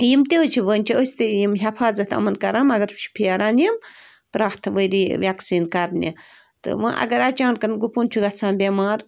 یِم تہِ حظ چھِ وٕنۍ چھِ أسۍ تہِ یِم حفاظت یِمَن کَران مگر چھُ پھیران یِم پرٛٮ۪تھ ؤریہِ وٮ۪کسیٖن کَرنہِ تہٕ وۄنۍ اَگر اَچانکَن گُپُن چھُ گژھان بٮ۪مار